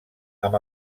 amb